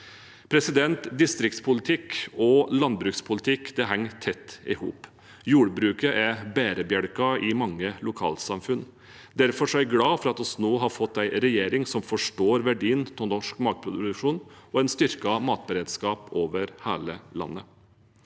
bredbånd. Distriktspolitikk og landbrukspolitikk henger tett sammen. Jordbruket er bærebjelken i mange lokalsamfunn. Derfor er jeg glad for at vi nå har fått en regjering som forstår verdien av norsk matproduksjon og en styrket matberedskap over hele landet.